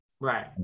right